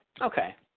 Okay